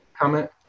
Comment